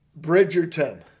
Bridgerton